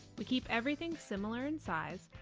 we keep everything similar in size,